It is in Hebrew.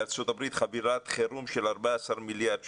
בארצות הברית, חבילת חירום של 14 מיליארד שקלים,